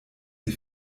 sie